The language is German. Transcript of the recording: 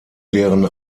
deren